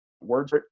words